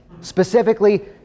Specifically